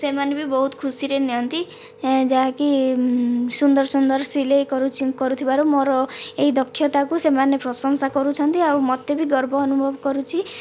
ସେମାନେ ବି ବହୁତ ଖୁସିରେ ନିଅନ୍ତି ଯାହାକି ସୁନ୍ଦର ସୁନ୍ଦର ସିଲେଇ କରୁଥିବାରୁ ମୋ'ର ଏହି ଦକ୍ଷତାକୁ ସେମାନେ ପ୍ରଶଂସା କରୁଛନ୍ତି ଆଉ ମୋତେ ବି ଗର୍ବ ଅନୁଭବ କରୁଛି